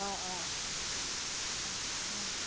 অঁ অঁ হয়